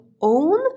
own